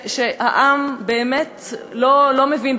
שהעם באמת לא מבין,